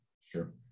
sure